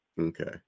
Okay